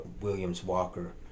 Williams-Walker